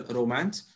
romance